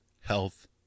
Health